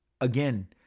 again